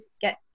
get